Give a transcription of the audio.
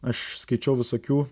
aš skaičiau visokių